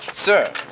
Sir